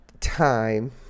time